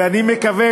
ואני מקווה,